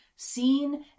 seen